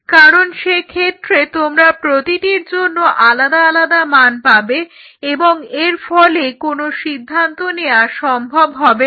কারণ সেক্ষেত্রে তোমরা প্রতিটির জন্য আলাদা আলাদা মান পাবে এবং এরফলে কোনো সিদ্ধান্ত নেওয়া সম্ভব হবে না